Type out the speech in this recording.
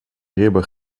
ribben